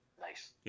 Nice